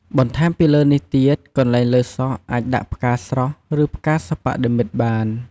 បន្ថែមពីលើនេះទៀតកន្លែងលើសក់អាចដាក់ផ្កាស្រស់ឬផ្កាសិប្បនិម្មិតបាន។